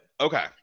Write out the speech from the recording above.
Okay